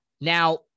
Now